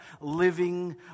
living